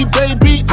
baby